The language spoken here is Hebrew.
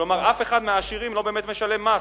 כלומר, אף אחד מהעשירים לא באמת משלם מס.